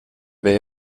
wer